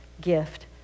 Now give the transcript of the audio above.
gift